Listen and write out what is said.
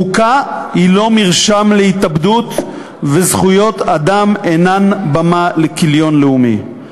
חוקה היא לא מרשם להתאבדות וזכויות אדם אינן במה לכיליון לאומי.